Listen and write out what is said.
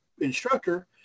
instructor